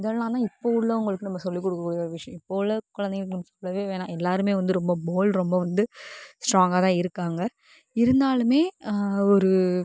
இதெல்லாம் தான் இப்போ உள்ளவங்களுக்கு நம்ம சொல்லி கொடுக்க கூடிய ஒரு விஷயம் இப்போ உள்ள குழந்தைகளுக்கு சொல்லவே வேணாம் எல்லாருமே வந்து ரொம்ப போல்ட் ரொம்ப வந்து ஸ்டராங்காக தான் இருக்காங்க இருந்தாலுமே ஒரு